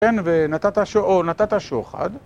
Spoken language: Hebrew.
‫כן, ונתת שוחד.